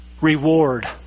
reward